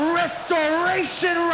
restoration